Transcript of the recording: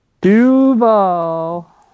Duval